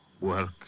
work